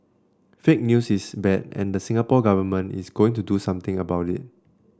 fake news is bad and the Singapore Government is going to do something about it